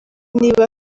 niba